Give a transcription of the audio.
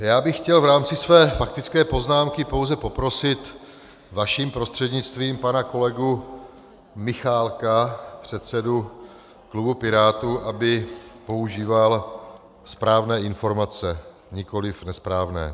Já bych chtěl v rámci své faktické poznámky pouze poprosit vaším prostřednictvím pana kolegu Michálka, předsedu klubu Pirátů, aby používal správné informace, nikoliv nesprávné.